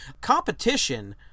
competition